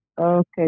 Okay